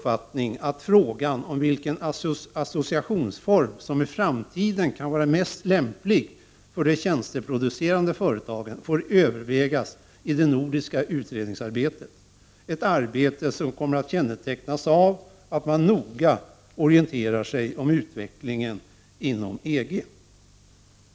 Frågan om vilken associationsform som i framtiden kan vara mest lämplig för de tjänsteproducerande företagen får övervägas i det nordiska utredningsarbetet — ett arbete som kommer att kännetecknas av att man noga orienterar sig om utvecklingen inom EG.